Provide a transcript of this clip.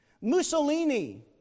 Mussolini